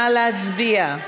נא להצביע.